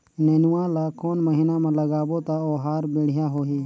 नेनुआ ला कोन महीना मा लगाबो ता ओहार बेडिया होही?